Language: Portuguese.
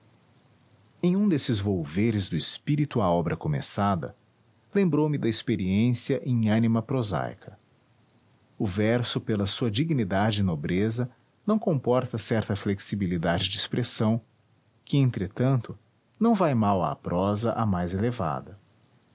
em um desses volveres do espírito à obra começada lembrou-me da experiência in anima prosaica o verso pela sua dignidade e nobreza não comporta certa flexibilidade de expressão que entretanto não vai mal à prosa a mais elevada